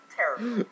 terrible